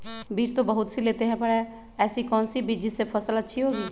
बीज तो बहुत सी लेते हैं पर ऐसी कौन सी बिज जिससे फसल अच्छी होगी?